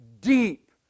deep